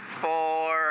four